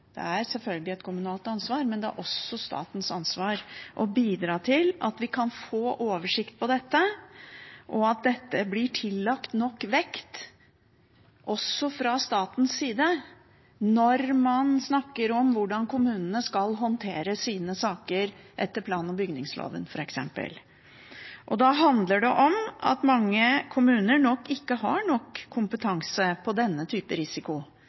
Det er selvfølgelig et kommunalt ansvar, men det er også statens ansvar å bidra til at vi kan få oversikt over dette, og at det blir tillagt nok vekt også fra statens side når man snakker om hvordan kommunene skal håndtere sine saker, f.eks. etter plan- og bygningsloven. Da handler det om at mange kommuner nok ikke har nok kompetanse på denne type risiko.